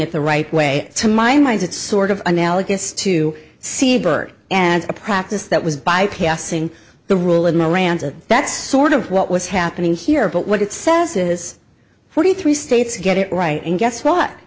it the right way to my mind it's sort of analogous to seeberg and a practice that was bypassing the rule in the lands of that's sort of what was happening here but what it says is forty three states get it right and guess what